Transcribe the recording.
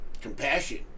compassion